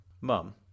Mum